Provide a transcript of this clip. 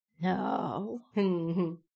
No